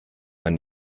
man